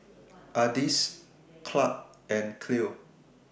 Ardis Clarke and Cleo